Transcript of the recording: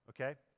okay